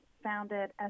founded